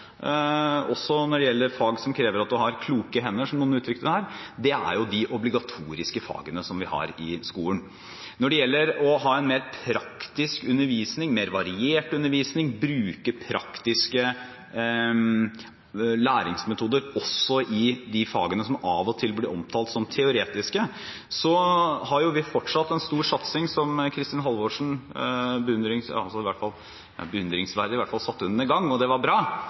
også når det gjelder fag som krever at man har kloke hender, som noen uttrykte det her, er de obligatoriske fagene som vi har i skolen. Når det gjelder å ha en mer praktisk undervisning, mer variert undervisning, bruke praktiske læringsmetoder også i de fagene som av og til blir omtalt som teoretiske, har vi fortsatt en stor satsing. Kristin Halvorsen satte i hvert fall beundringsverdig i gang ungdomstrinnsatsingen, og det var bra.